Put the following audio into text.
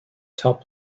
top